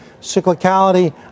cyclicality